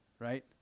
right